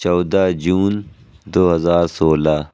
چودہ جون دو ہزار سولہ